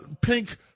pink